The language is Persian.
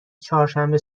چهارشنبه